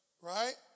right